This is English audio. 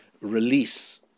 release